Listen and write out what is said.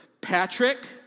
Patrick